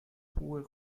poor